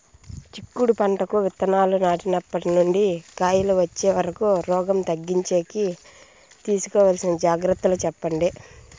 చిక్కుడు పంటకు విత్తనాలు నాటినప్పటి నుండి కాయలు వచ్చే వరకు రోగం తగ్గించేకి తీసుకోవాల్సిన జాగ్రత్తలు చెప్పండి?